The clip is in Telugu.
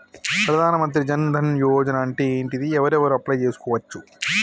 ప్రధాన మంత్రి జన్ ధన్ యోజన అంటే ఏంటిది? ఎవరెవరు అప్లయ్ చేస్కోవచ్చు?